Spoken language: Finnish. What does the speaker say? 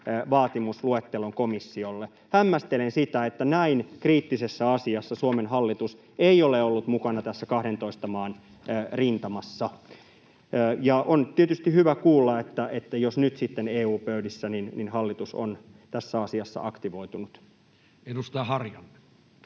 vaatimusluettelon komissiolle. Hämmästelen sitä, että näin kriittisessä asiassa Suomen hallitus ei ole ollut mukana tässä 12 maan rintamassa, ja on tietysti hyvä kuulla, jos nyt sitten EU-pöydissä hallitus on tässä asiassa aktivoitunut. [Speech 205]